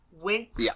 Wink